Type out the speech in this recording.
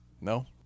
No